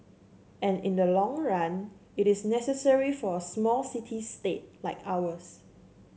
and in the long run it is necessary for a small city state like ours